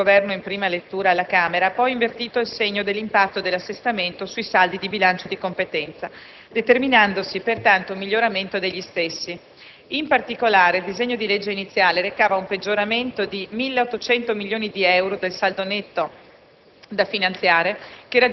L'approvazione di un emendamento del Governo in prima lettura alla Camera ha poi invertito il segno dell'impatto dell'assestamento sui saldi di bilancio di competenza, determinandosi pertanto un miglioramento degli stessi. In particolare, il disegno di legge iniziale recava un peggioramento di 1.800 milioni di euro del saldo netto